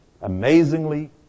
Amazingly